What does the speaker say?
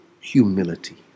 humility